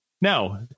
Now